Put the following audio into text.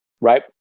Right